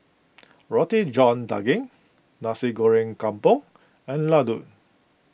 Roti John Daging Nasi Goreng Kampung and Laddu